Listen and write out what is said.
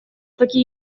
такие